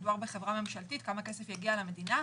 מדובר בחברה ממשלתית, כמה כסף יגיע למדינה?